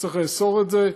שצריך לאסור את זה,